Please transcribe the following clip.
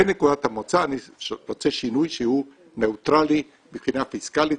בנקודת המוצא אני רוצה שינוי שהוא נייטרלי מבחינה פיסקאלית.